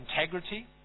integrity